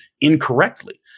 incorrectly